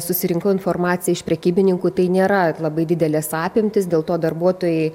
susirinkau informaciją iš prekybininkų tai nėra labai didelės apimtys dėl to darbuotojai